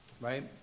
Right